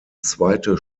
zweite